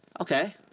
Okay